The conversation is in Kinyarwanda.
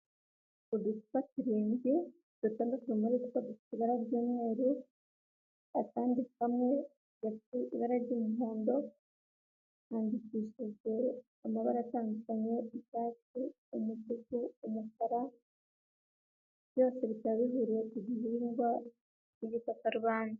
Uducupa turindwi, dutandatu muri two dufite ibara ry'umweru, akandi kamwe gafite ibara ry'umuhondo, handikishijwe amabara atandukanye; icyatsi, umutuku, umukara, byose hikaba bihuriye ku gihingwa cy'igikakarubanda.